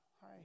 hi